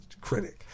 critic